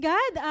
God